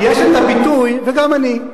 וגם אני.